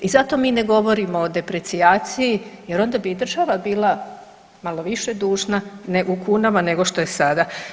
I zato mi ne govorimo o deprecijaciji, jer onda bi i država bila malo više dužna u kunama nego što je sada.